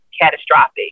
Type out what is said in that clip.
catastrophic